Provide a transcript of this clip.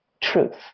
truth